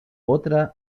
otras